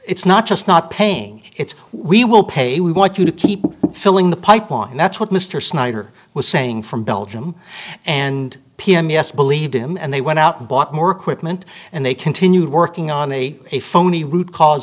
it's not just not paying it's we will pay we want you to keep filling the pipeline and that's what mr snyder was saying from belgium and p m s believed him and they went out and bought more equipment and they continued working on a a phony root cause